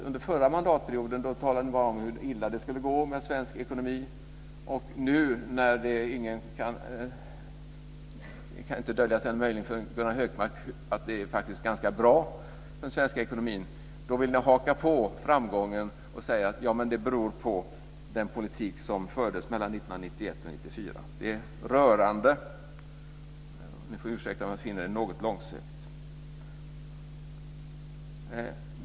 Under förra mandatperioden talade ni bara om hur illa det skulle gå för svensk ekonomi. Nu när det inte kan döljas annat än möjligen för Gunnar Hökmark att det faktiskt är ganska bra i den svenska ekonomin vill ni haka på framgången och säga att det beror på den politik som fördes mellan 1991 och 1994. Det är rörande men ni får ursäkta om jag finner det något långsökt.